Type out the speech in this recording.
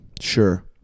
Sure